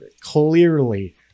clearly